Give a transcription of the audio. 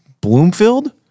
Bloomfield